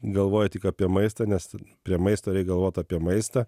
galvoji tik apie maistą nes prie maisto reik galvot apie maistą